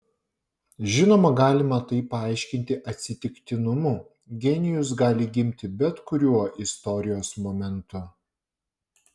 žinoma galima tai paaiškinti atsitiktinumu genijus gali gimti bet kuriuo istorijos momentu